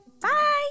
Bye